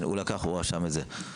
הוא רשם את זה.